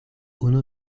unu